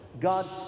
god